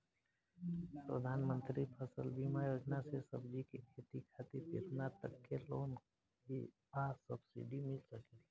प्रधानमंत्री फसल बीमा योजना से सब्जी के खेती खातिर केतना तक के लोन आ सब्सिडी मिल सकेला?